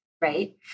right